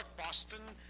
boston,